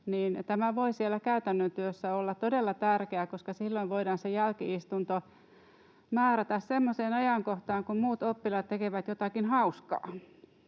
tämä voi siellä käytännön työssä olla todella tärkeä, koska silloin voidaan se jälki-istunto määrätä semmoiseen ajankohtaan, kun muut oppilaat tekevät jotakin hauskaa.